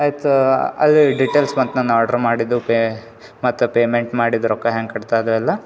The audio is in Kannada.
ಆಯ್ತು ಅಲ್ಲೀ ಡೀಟೇಲ್ಸ್ ಬಂತು ನಾನ್ ಆಡ್ರ್ ಮಾಡಿದ್ದು ಪೇ ಮತ್ತು ಪೇಮೆಂಟ್ ಮಾಡಿದ ರೊಕ್ಕ ಹ್ಯಾಂಗೆ ಕಟ್ತ ಅದು ಎಲ್ಲ